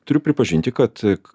turiu pripažinti kad